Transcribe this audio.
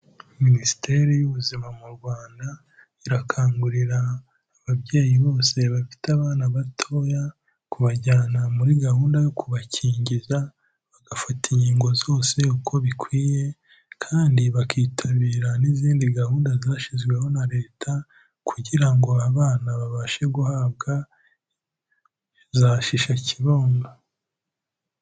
Minisiteri y'ubuzima mu Rwanda irakangurira ababyeyi bose bafite abana batoya kubajyana muri gahunda yo kubakingiza, bagafata inkingo zose uko bikwiye, kandi bakitabira n'izindi gahunda zashyizweho na leta kugira ngo abana babashe guhabwa za Shisha Kibondo.